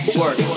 work